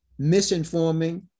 misinforming